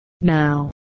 Now